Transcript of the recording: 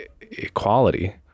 equality